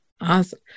Awesome